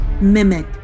mimic